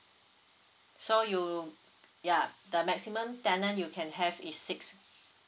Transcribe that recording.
so you yup the maximum tenant you can have is six